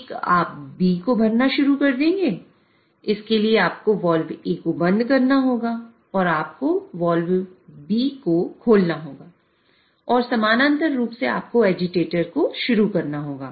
एक आप B को भरना शुरू कर देंगे इसके लिए आपको वाल्व A को बंद करना होगा और आपको वाल्व B को खोलना होगा और समानांतर रूप से आपको एजिटेटर को शुरू करना होगा